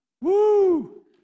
Woo